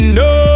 no